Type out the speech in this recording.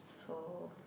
so